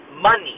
money